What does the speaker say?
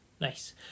Nice